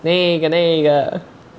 那个那个